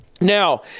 Now